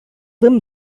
them